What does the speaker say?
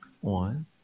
One